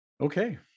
Okay